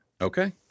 Okay